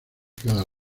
cada